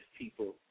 people